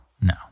No